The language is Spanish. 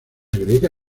agrega